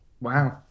Wow